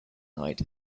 night